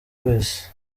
wese